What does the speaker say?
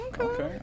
Okay